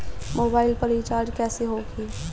Mobile पर recharge कैसे होखी?